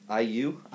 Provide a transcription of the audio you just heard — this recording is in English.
IU